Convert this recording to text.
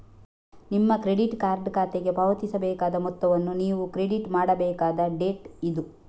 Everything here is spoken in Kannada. ನಿಮ್ಮ ಕ್ರೆಡಿಟ್ ಕಾರ್ಡ್ ಖಾತೆಗೆ ಪಾವತಿಸಬೇಕಾದ ಮೊತ್ತವನ್ನು ನೀವು ಕ್ರೆಡಿಟ್ ಮಾಡಬೇಕಾದ ಡೇಟ್ ಇದು